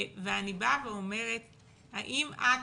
אני באה ואומרת האם את